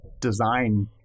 design